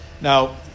Now